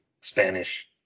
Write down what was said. spanish